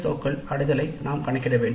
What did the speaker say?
ஓக்கள் அடையலை நாம் கணக்கிட வேண்டும்